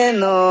no